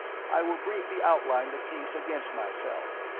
i will briefly outline the case against myself.